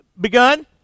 begun